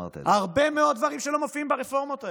הרבה מאוד דברים שלא מופיעים ברפורמות האלה.